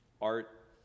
art